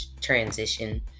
transition